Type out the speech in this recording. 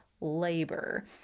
labor